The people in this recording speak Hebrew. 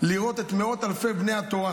לראות את מאות אלפי בני התורה,